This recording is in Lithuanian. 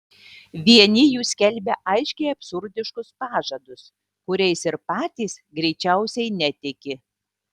vieni jų skelbia aiškiai absurdiškus pažadus kuriais ir patys greičiausiai netiki